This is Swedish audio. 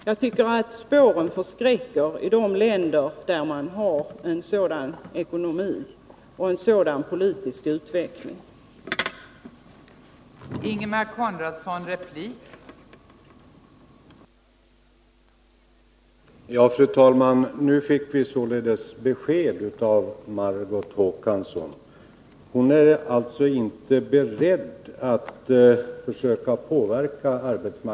Jag tycker att spåren i de länder där man har en sådan ekonomi och en sådan politisk utveckling förskräcker.